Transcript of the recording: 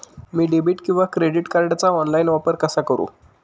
मी debit किंवा credit कार्डचा online वापर कसा करु?